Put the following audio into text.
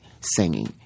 singing